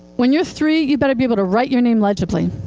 when you're three, you better be able to write your name legibly,